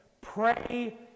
Pray